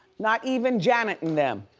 not even janet and them.